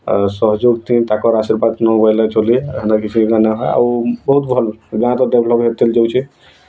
ସହଯୋଗଟେ ତାଙ୍କର ଆର୍ଶିବାଦ ନ ହୋଇଲେ ଚଲେ ହେନ୍ତା କିଛି ନ ହଏ ଆଉ ବହୁତ୍ ଭଲ ଗାଁଟା ଡେଭ୍ଲପ୍ ହେଇଯାଉଛି